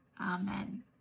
Amen